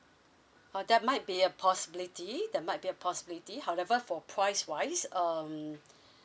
oh that might be a possibility that might be a possibility however for price wise um